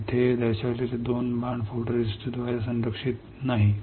येथे दर्शवलेले हे 2 बाण फोटोरेस्टिस्टद्वारे संरक्षित नाहीत